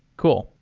cool.